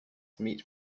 meet